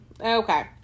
Okay